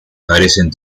carecen